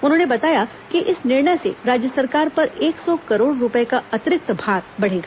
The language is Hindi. उन्होंने बताया कि इस निर्णय से राज्य सरकार पर एक सौ करोड़ रूपये का अतिरिक्त भार पड़ेगा